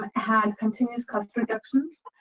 has continuous cost reductions.